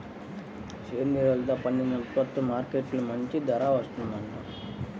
సేంద్రియ ఎరువులతో పండించిన ఉత్పత్తులకు మార్కెట్టులో మంచి ధర వత్తందంట